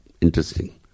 interesting